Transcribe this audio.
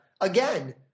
again